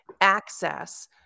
access